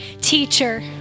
teacher